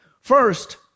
First